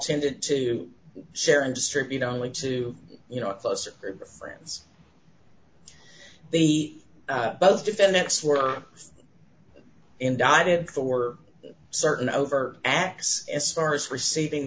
tended to share and distribute only to you know close friends the both defendants were indicted for certain over acts as far as receiving